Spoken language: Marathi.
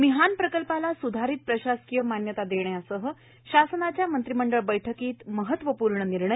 मिहान प्रकल्पाला सुधारित प्रषासकीय मान्यता देण्यासह शासनाच्या मंत्रिमंडळ बैठकीत महत्वपूर्ण निर्णय